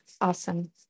Awesome